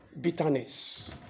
bitterness